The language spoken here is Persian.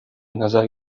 نظر